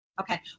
okay